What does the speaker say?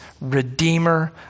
redeemer